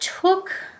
took